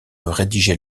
rédigée